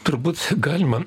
turbūt galima